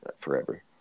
forever